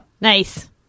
Nice